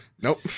Nope